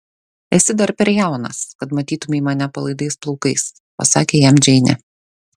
esi dar per jaunas kad matytumei mane palaidais plaukais pasakė jam džeinė